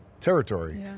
territory